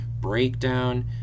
breakdown